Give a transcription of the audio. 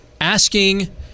asking